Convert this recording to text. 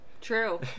True